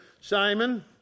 Simon